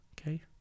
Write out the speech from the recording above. okay